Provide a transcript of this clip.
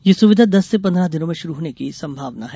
ये सुविधा दस से पन्द्रह दिनों में शुरू होने की संभावना है